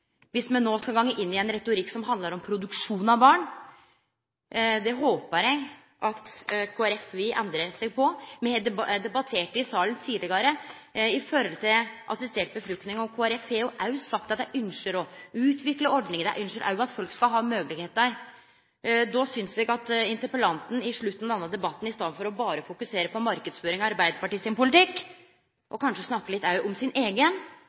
me no skal gå inn i ein retorikk som handlar om produksjon av barn. Der håpar eg at Kristeleg Folkeparti vil endre seg. Me har debattert assistert befruktning i salen tidlegare, og Kristeleg Folkeparti har jo òg sagt at dei ønskjer å utvikle ordninga. Dei ønskjer òg at folk skal ha moglegheiter. Då synest eg at interpellanten i slutten av denne debatten, i staden for berre å fokusere på marknadsføring av Arbeidarpartiet sin politikk, kanskje òg kunne snakke litt om sin eigen